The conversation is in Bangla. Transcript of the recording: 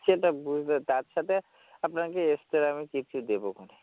সেটা বুঝতে তার সাথে আপনাকে এক্সট্রা আমি কিছু দেবোখন